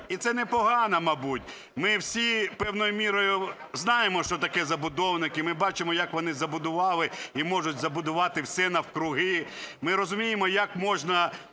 і це непогано, мабуть. Ми всі певною мірою знаємо, що таке забудовники. Ми бачимо, як вони забудували і можуть забудувати все навкруги. Ми розуміємо, як можна